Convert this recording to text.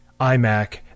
iMac